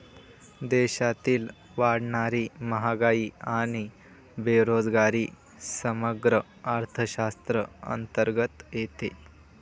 देशातील वाढणारी महागाई आणि बेरोजगारी समग्र अर्थशास्त्राअंतर्गत येते